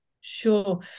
Sure